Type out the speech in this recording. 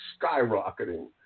skyrocketing